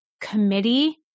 committee